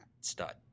stud